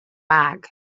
bag